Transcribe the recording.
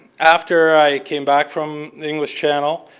after i came back from the english channel,